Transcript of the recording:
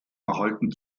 erhalten